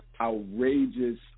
outrageous